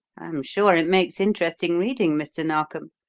i am sure it makes interesting reading, mr. narkom.